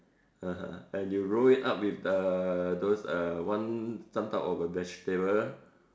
(uh huh) and you roll it up with uh those uh one some type of a vegetable